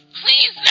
Please